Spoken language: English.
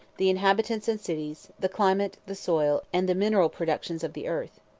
the inhabitants and cities, the climate, the soil, and the mineral productions of the earth.